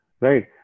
right